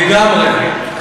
לגמרי.